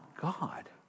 God